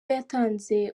yatanze